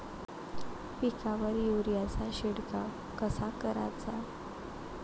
पिकावर युरीया चा शिडकाव कसा कराचा?